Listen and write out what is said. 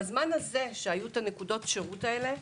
בזמן הזה שהיו נקודת השירות האלה,